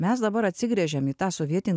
mes dabar atsigręžėm į tą sovietinį